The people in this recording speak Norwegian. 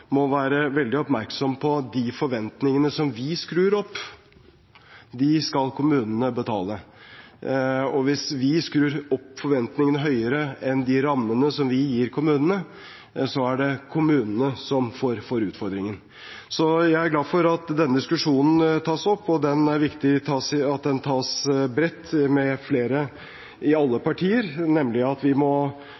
må være veldig oppmerksom på at de forventningene som vi skrur opp, skal kommunene betale. Hvis vi skrur opp forventningene høyere enn de rammene som vi gir kommunene, er det kommunene som får utfordringen. Jeg er glad for at denne diskusjonen tas opp. Det er viktig at den tas bredt med flere i alle partier, og at vi må